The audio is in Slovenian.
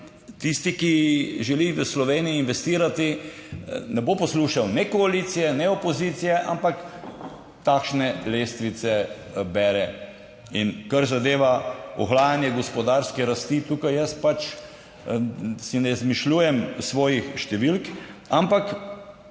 tisti, ki želi v Sloveniji investirati, ne bo poslušal ne koalicije ne opozicije, ampak takšne lestvice bere. In kar zadeva ohlajanje gospodarske rasti, tukaj jaz pač si ne izmišljujem svojih številk, ampak,